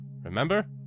remember